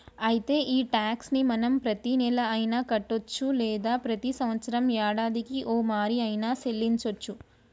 అయితే ఈ టాక్స్ ని మనం ప్రతీనెల అయిన కట్టొచ్చు లేదా ప్రతి సంవత్సరం యాడాదికి ఓమారు ఆయిన సెల్లించోచ్చు